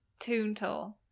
Toontal